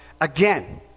again